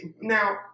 Now